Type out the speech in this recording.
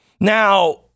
Now